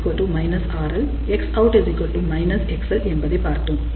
Rout RL Xout XL என்பதை பார்த்தோம்